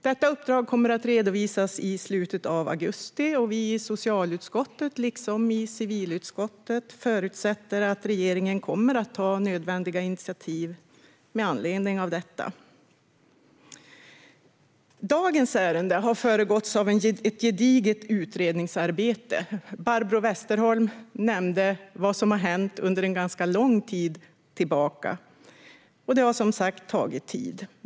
Detta uppdrag kommer att redovisas i slutet av augusti, och vi i socialutskottet förutsätter liksom civilutskottet att regeringen kommer att ta nödvändiga initiativ med anledning av detta. Dagens ärende har föregåtts av ett gediget utredningsarbete. Barbro Westerholm nämnde vad som har hänt under en ganska lång tid. Det har som sagt tagit tid.